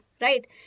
right